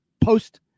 post